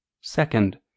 Second